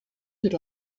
did